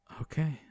Okay